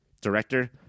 director